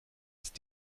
ist